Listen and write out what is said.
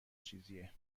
چیزیه